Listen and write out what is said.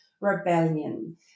rebellion